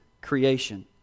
creation